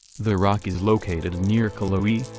the rock is located near cullowhee,